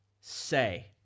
say